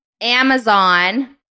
Amazon